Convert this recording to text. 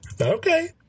Okay